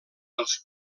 els